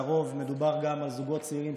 לרוב מדובר גם על זוגות צעירים,